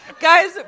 Guys